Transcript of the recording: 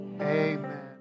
amen